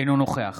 אינו נוכח